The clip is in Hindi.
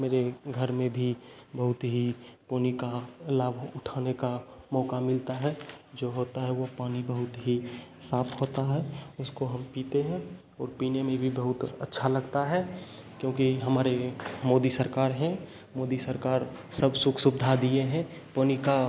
मेरे घर में भी बहुत ही पानी का लाभ उठाने का मौका मिलता है जो होता है वह पानी बहुत ही साफ़ होता है उसको हम पीते हैं और पीने में भी बहुत अच्छा लगता है क्योंकि हमारे मोदी सरकार है मोदी सरकार सब सुख सुविधा दिए हैं पानी का